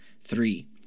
three